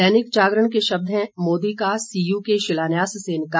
दैनिक जागरण के शब्द हैं मोदी का सीयू के शिलान्यास से इंकार